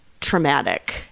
traumatic